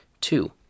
Two